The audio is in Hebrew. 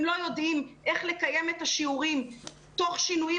הם לא יודעים איך לקיים את השיעורים תוך שינויים